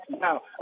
now